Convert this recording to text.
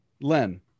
Len